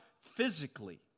physically